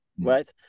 right